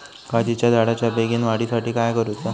काजीच्या झाडाच्या बेगीन वाढी साठी काय करूचा?